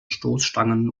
stoßstangen